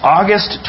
August